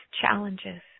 challenges